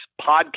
podcast